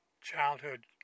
childhood